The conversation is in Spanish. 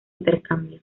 intercambio